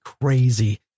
crazy